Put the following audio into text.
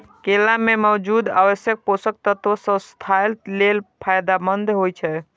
केला मे मौजूद आवश्यक पोषक तत्व स्वास्थ्य लेल फायदेमंद होइ छै